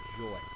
joy